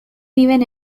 viven